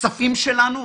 הכספים שלנו.